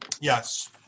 Yes